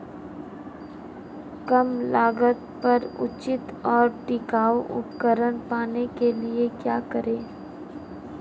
कम लागत पर उचित और टिकाऊ उपकरण पाने के लिए क्या करें?